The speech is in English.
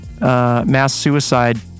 mass-suicide